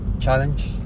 Challenge